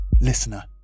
listener